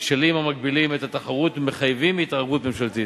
כשלים המגבילים את התחרות ומחייבים התערבות ממשלתית.